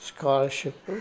Scholarship